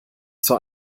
zur